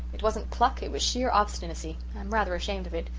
it wasn't pluck it was sheer obstinacy i'm rather ashamed of it,